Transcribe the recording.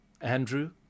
Andrew